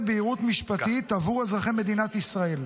בהירות משפטית עבור אזרחי מדינת ישראל,